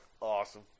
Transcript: Awesome